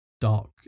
dark